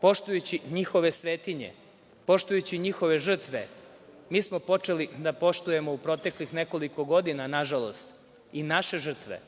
poštujući njihove svetinje, poštujući njihove žrtve, mi smo počeli da poštujemo u proteklih nekoliko godina, na žalost, i naše žrtve.